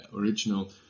original